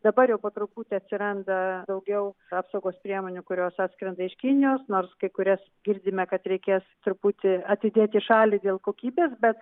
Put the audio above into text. dabar jau po truputį atsiranda daugiau apsaugos priemonių kurios atskrenda iš kinijos nors kai kurias girdime kad reikės truputį atidėti į šalį dėl kokybės bet